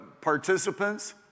participants